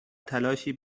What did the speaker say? تلاشی